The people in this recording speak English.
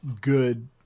good